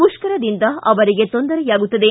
ಮುಷ್ಕರದಿಂದ ಅವರಿಗೆ ತೊಂದರೆಯಾಗುತ್ತದೆ